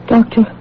Doctor